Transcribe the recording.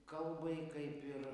kalbai kaip ir